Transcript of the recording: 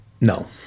No